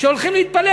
שהולכים להתפלל,